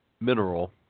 mineral